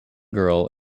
girl